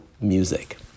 music